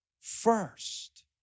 first